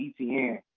ETN